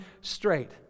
straight